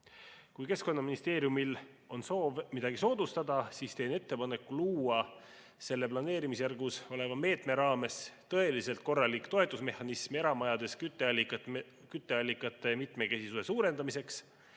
Kui Keskkonnaministeeriumil on soov midagi soodustada, siis teen ettepaneku luua selle planeerimisjärgus oleva meetme raames tõeliselt korralik toetusmehhanism eramajades kütteallikate mitmekesisuse suurendamiseks,